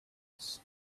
month